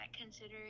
considering